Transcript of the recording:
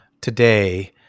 today